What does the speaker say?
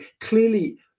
clearly